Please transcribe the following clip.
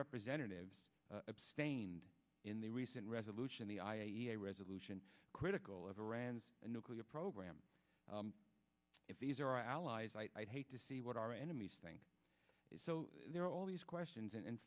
representatives abstained in the recent resolution the i a e a resolution critical of iran's nuclear program if these are our allies i'd hate to see what our enemies think so they're all these questions and